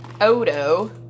Odo